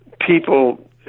People